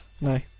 No